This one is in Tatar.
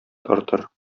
тартыр